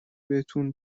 بهتون